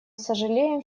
сожалеем